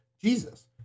Jesus